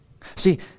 see